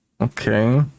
Okay